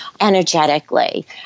energetically